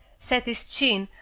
set his chin,